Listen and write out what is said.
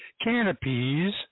canopies